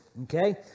Okay